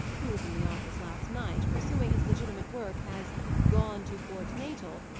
who was in the office last night, pursuing his legitimate work, has gone to port natal,